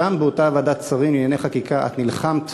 שם, באותה ועדת שרים לענייני חקיקה, את נלחמת